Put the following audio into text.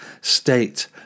state